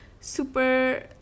super